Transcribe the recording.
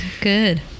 Good